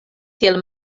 tiel